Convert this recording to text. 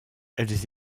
elles